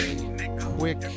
Quick